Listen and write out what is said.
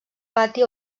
pati